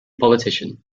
politician